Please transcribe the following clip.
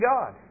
God